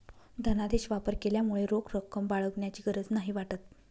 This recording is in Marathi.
धनादेश वापर केल्यामुळे रोख रक्कम बाळगण्याची गरज नाही वाटत